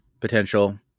potential